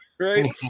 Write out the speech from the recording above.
Right